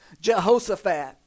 Jehoshaphat